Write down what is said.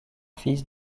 fils